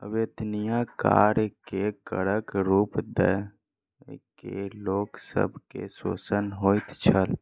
अवेत्निया कार्य के करक रूप दय के लोक सब के शोषण होइत छल